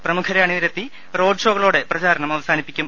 പ്രമുഖരെ അണി നിരത്തി റോഡ്ഷോകളോടെ പ്രചാരണം അവസാനിപ്പിക്കും